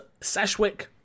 Sashwick